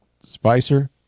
Spicer